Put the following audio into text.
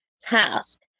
task